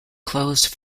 closed